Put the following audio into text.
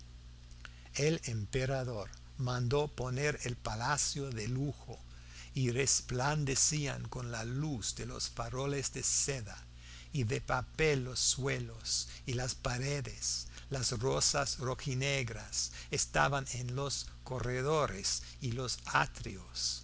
el emperador mandó poner el palacio de lujo y resplandecían con la luz de los faroles de seda y de papel los suelos y las paredes las rosas rojinegras estaban en los corredores y los atrios